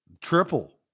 Triple